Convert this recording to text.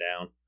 down